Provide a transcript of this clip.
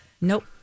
Nope